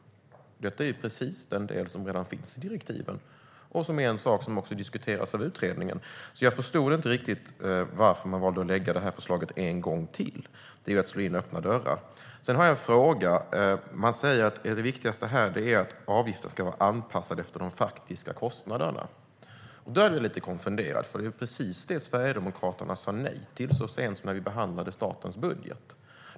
Detta är precis den del som redan finns med i direktiven och som utredningen diskuterar. Jag förstår inte riktigt varför man har valt att lägga fram det förslaget en gång till. Det är att slå in öppna dörrar. Man säger också att det viktigaste är att avgiften ska vara anpassad efter de faktiska kostnaderna. Då blir jag lite konfunderad. Det var precis det som Sverigedemokraterna sa nej till så sent som när vi behandlade statens budget.